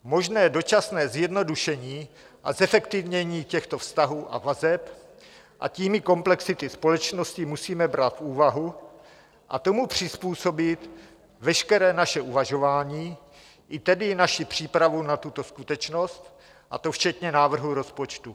Možné dočasné zjednodušení a zefektivnění těchto vztahů a vazeb, a tím i komplexity společnosti, musíme brát v úvahu a tomu přizpůsobit veškeré naše uvažování, i tedy naši přípravu na tuto skutečnost, a to včetně návrhu rozpočtu.